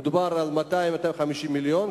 מדובר ב-200 250 מיליון,